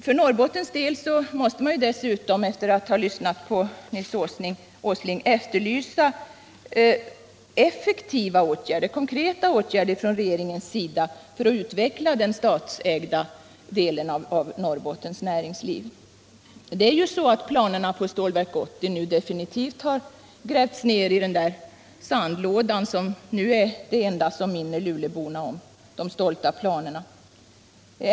För Norrbottens del måste man dessutom, efter att ha lyssnat på Nils Åsling, efterlysa effektiva, konkreta åtgärder från regeringens sida för att utveckla den statsägda delen av länets näringsliv. Planerna på Stålverk 80 har ju nu definitivt grävts ner i den sandlåda som är det enda som minner luleåborna om de stolta planerna.